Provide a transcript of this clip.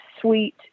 sweet